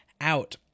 out